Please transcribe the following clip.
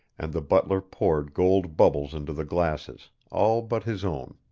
and the butler poured gold bubbles into the glasses, all but his own.